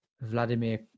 Vladimir